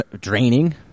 draining